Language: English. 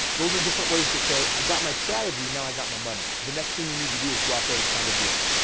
those are different ways to say, i've got my strategy, now i got my money. the next thing you need to do is go out there and find a deal.